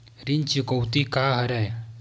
ऋण चुकौती का हरय?